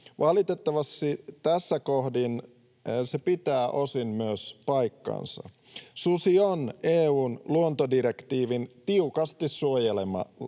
Valitettavasti tässä kohdin se pitää osin myös paikkansa. Susi on EU:n luontodirektiivin tiukasti suojelema